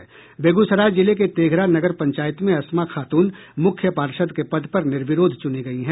बेगूसराय जिले के तेघरा नगर पंचायत में अस्मा खातून मुख्य पार्षद् के पद पर निर्विरोध चुनी गयी हैं